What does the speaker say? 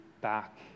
back